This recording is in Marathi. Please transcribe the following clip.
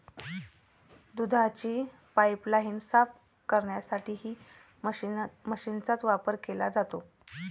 दुधाची पाइपलाइन साफ करण्यासाठीही मशीनचा वापर केला जातो